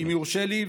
אם יורשה לי,